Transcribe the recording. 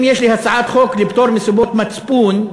אם יש לי הצעת חוק לפטור מסיבות מצפון,